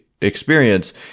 experience